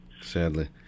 Sadly